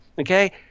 Okay